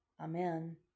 Amen